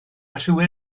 rhywun